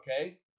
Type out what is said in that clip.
Okay